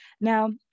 Now